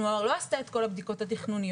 כלומר, לא עשתה את כל הבדיקות התכנוניות.